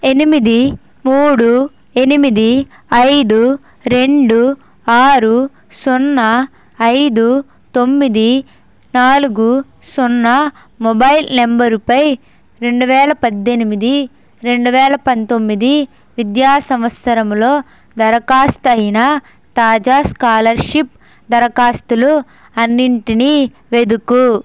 ఎనిమిది మూడు ఎనిమిది ఐదు రెండు ఆరు సున్నా ఐదు తొమ్మిది నాలుగు సున్నా మొబైల్ నంబరుపై రెండు వేల పద్దెనిమిది రెండు వేల పంతొమ్మిది విద్యా సంవత్సరంలో దరఖాస్తు అయిన తాజా స్కాలర్షిప్ దరఖాస్తులు అన్నింటినీ వెతుకుము